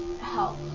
help